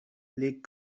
les